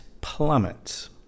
plummets